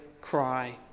cry